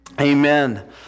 Amen